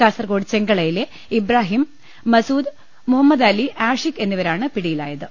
കാസർകോട് ചെങ്കലയിലെ ഇബ്രാഹിം മസൂദ് മുമ്മദാലി ആഷിക് എന്നി വരാണ് പിടിയിലായത്